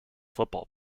football